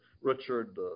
Richard